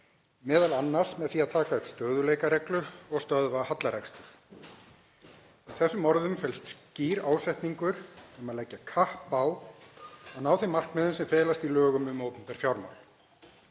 vaxta, m.a. með því að taka upp stöðugleikareglu og stöðva hallarekstur. Í þessum orðum felst skýr ásetningur um að leggja allt kapp á að ná þeim markmiðum sem felast í lögum um opinber fjármál.